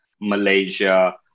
Malaysia